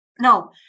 Now